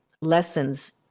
lessons